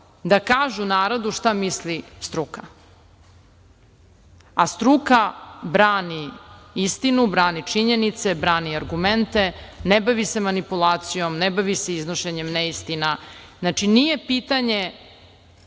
da kažu narodu šta misli struka. Struka brani istinu, brani činjenice, brani argumente, ne bavi se manipulacijom, ne bavi se iznošenjem neistina. Nije pitanje